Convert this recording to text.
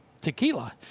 tequila